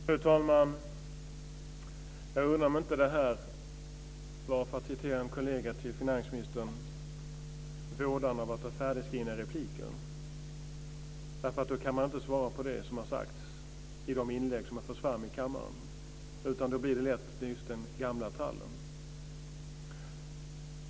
Fru talman! Jag undrar om inte det här var, för att citera en kollega till finansministern, vådan av att ha färdigskrivna repliker. Då kan man inte svara på det som har sagts i de inlägg som har förts fram i kammaren. Då blir det lätt just den gamla trallen.